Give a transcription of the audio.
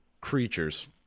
creatures